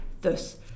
Thus